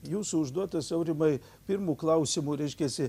jūsų užduotas aurimai pirmu klausimu reiškiasi